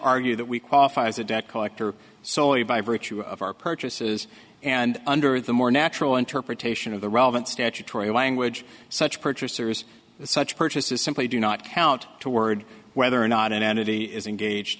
argue that we qualify as a debt collector solely by virtue of our purchases and under the more natural interpretation of the relevant statutory language such purchasers such purchases simply do not count to word whether or not an entity is engaged